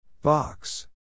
Box